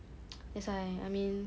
that's why I mean